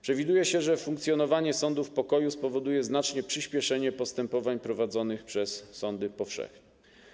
Przewiduje się, że funkcjonowanie sądów pokoju spowoduje znaczne przyspieszenie postępowań prowadzonych przez sądy powszechne.